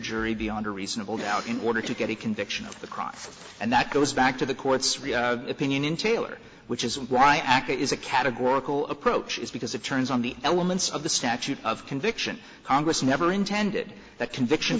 jury beyond a reasonable doubt in order to get a conviction on the cross and that goes back to the court's riyad opinion in taylor which is why aca is a categorical approach is because it turns on the elements of the statute of conviction congress never intended that conviction